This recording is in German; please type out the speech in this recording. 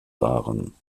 waren